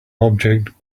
object